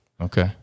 Okay